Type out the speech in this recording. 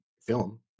film